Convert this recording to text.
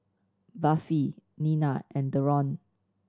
Buffy Nina and Deron